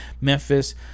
Memphis